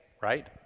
right